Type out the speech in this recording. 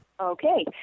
Okay